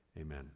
amen